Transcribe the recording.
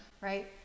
right